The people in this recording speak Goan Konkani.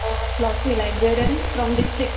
फिलोसी लायब्रेरीयन फ्रोम डिस्ट्रिक्ट